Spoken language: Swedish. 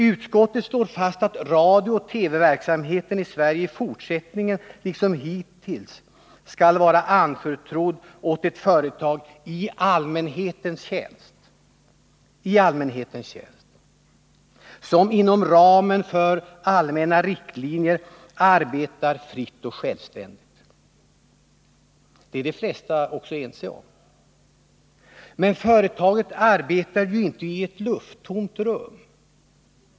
Utskottet slår fast att radiooch TV-verksamheten i Sverige i fortsättningen liksom hittills skall vara anförtrodd åt ett företag i allmänhetens tjänst, som inom ramen för allmänna riktlinjer arbetar fritt och självständigt. Det är de flesta också ense om, men företaget arbetar ju inte i ett lufttomt rum.